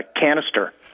canister